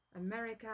America